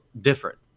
different